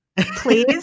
Please